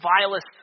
vilest